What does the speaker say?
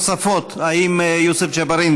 שאלות נוספות, האם יוסף ג'בארין?